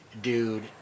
dude